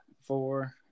four